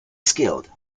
skilled